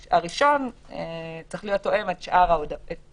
הראשון צריך להיות תואם את שאר ההודעות.